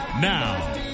Now